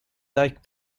dyke